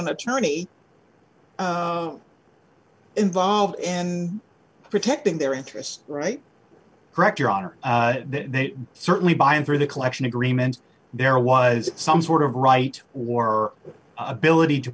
an attorney involved in protecting their interests right correct your honor they certainly by and through the collection agreements there was some sort of right or ability to